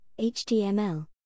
HTML